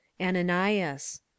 Ananias